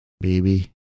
baby